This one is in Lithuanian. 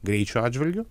greičio atžvilgiu